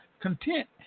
content